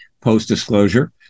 post-disclosure